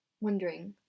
wondering